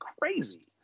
crazy